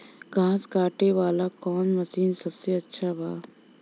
घास काटे वाला कौन मशीन सबसे अच्छा बा?